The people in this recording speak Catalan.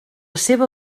seva